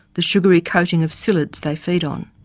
the sugary coating of psyllids they feed on.